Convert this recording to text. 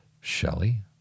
Shelley